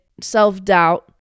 self-doubt